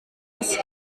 das